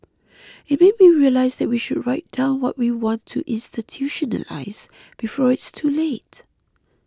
it made me realise that we should write down what we want to institutionalise before it's too late